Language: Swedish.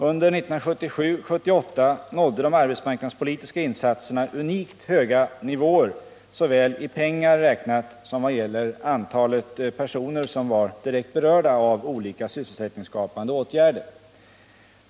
Under 1977/78 nådde de arbetsmarknadspolitiska insatserna unikt höga nivåer, såväl i pengar räknat som vad gäller antalet personer som var direkt berörda av olika sysselsättningsskapande åtgärder.